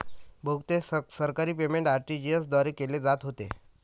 बहुतेक सरकारी payment RTGS द्वारे केले जात होते